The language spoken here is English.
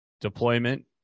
deployment